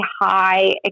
high